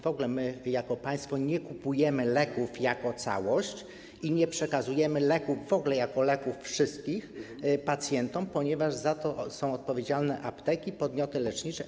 W ogóle my jako państwo nie kupujemy leków jako całości i nie przekazujemy leków, w ogóle jako wszystkich leków, pacjentom, ponieważ za to są odpowiedzialne apteki, podmioty lecznicze.